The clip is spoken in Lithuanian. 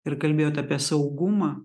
ir kalbėjot apie saugumą